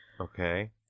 okay